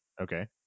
Okay